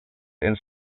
and